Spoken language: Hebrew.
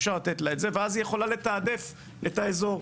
אפשר לתת לה את זה והיא יכולה לתעדף את האזור.